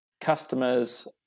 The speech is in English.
customers